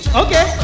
okay